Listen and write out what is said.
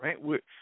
right